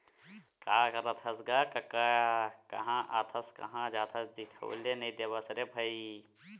का करत हस गा कका काँहा आथस काँहा जाथस दिखउले नइ देवस रे भई?